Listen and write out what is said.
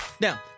Now